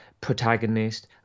protagonist